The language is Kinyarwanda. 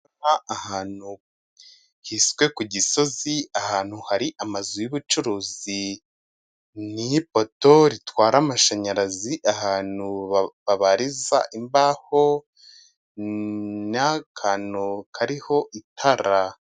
Ahantu hiswe ku Gisozi. Ahantu hari amazu y'ubucuruzi niho ipoto ritwara amashanyarazi ahantu baba babariza imbaho n'akantu kariho itara.